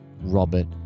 Robert